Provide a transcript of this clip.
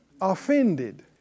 offended